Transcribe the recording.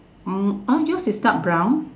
oh yours is dark brown